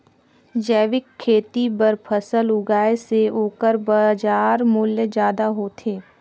जैविक खेती बर फसल उगाए से ओकर बाजार मूल्य ज्यादा होथे